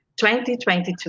2022